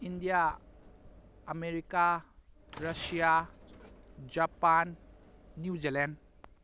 India America Russia Japan New Zealand